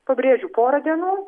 pabrėžiu porą dienų